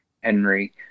Henry